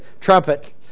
trumpet